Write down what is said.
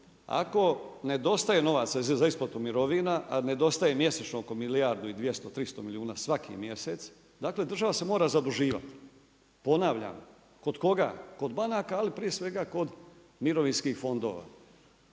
ako nedostaje novaca za isplatu mirovina, a nedostaje mjesečno oko milijardu i 200, 300 milijuna kuna svaki mjesec, tako država se mora zaduživati. Ponavljam, kod koga? Kod banaka, ali prije svega kod mirovinskih fondova.